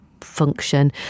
function